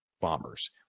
bombers